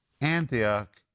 Antioch